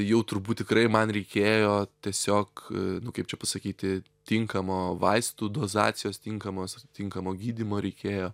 jau turbūt tikrai man reikėjo tiesiog nu kaip čia pasakyti tinkamo vaistų dozacijos tinkamos atitinkamo gydymo reikėjo